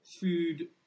food